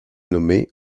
nommée